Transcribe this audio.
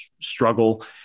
struggle